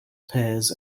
pears